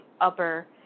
upper